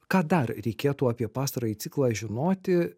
ką dar reikėtų apie pastarąjį ciklą žinoti